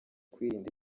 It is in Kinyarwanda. kwirinda